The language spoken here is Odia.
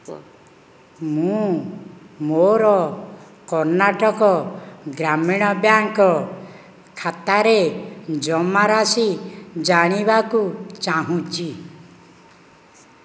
ମୁଁ ମୋର କର୍ଣ୍ଣାଟକ ଗ୍ରାମୀଣ ବ୍ୟାଙ୍କ ଖାତାରେ ଜମାରାଶି ଜାଣିବାକୁ ଚାହୁଁଛି